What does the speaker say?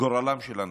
את גורלם של אנשים.